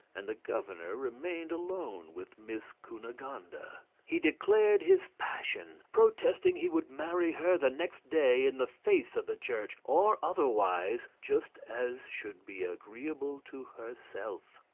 and the governor remained alone with miss cunegonde. and he declared his passion, protesting he would marry her the next day in the face of the church, or otherwise, just as should be agreeable to herself.